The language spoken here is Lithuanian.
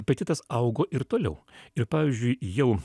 apetitas augo ir toliau ir pavyzdžiui jau